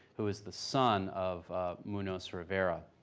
who was the son of munoz rivera,